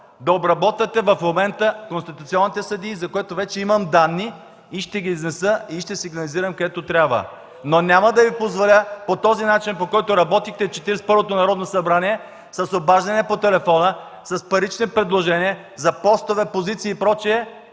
да обработвате в момента конституционните съдии, за което вече имам данни и ще ги изнеса, и ще сигнализирам, където трябва, но няма да Ви позволя по начина, по който работихте в Четиридесет и първото Народно събрание – с обаждания по телефона, с парични предложения за постове, позиции и